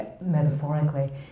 metaphorically